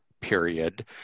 period